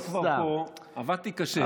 אני כבר פה, עבדתי קשה.